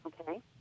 Okay